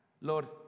Lord